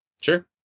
Sure